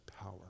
power